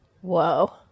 Whoa